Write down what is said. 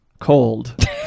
cold